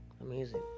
Amazing